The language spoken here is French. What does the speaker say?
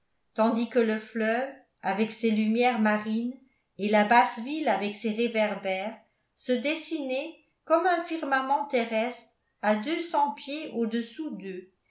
tandis que le fleuve avec ses lumières marines et la basse ville avec ses réverbères se dessinaient comme un firmament terrestre à deux cents pieds au-dessous d'eux